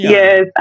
yes